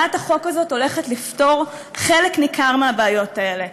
הצעת החוק הזאת הולכת לפתור חלק ניכר מהבעיות האלה.